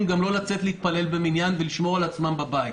גם לא לצאת להתפלל במניין ולשמור על עצמם בבית,